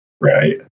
Right